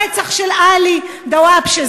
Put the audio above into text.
הרצח של עלי דוואבשה,